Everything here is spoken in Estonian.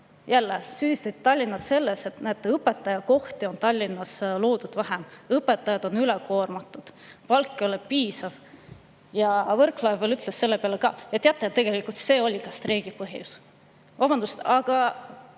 Jälle süüdistati Tallinna selles, et õpetajakohti on Tallinnas loodud vähe, õpetajad on üle koormatud, palk ei ole piisav. Võrklaev ütles selle peale, et teate, tegelikult see oli streigi põhjus.